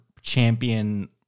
champion